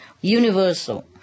universal